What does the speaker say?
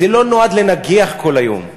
זה לא נועד לנגח כל היום,